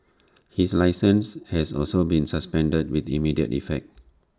his licence has also been suspended with immediate effect